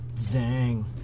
Zang